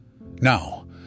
Now